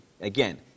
again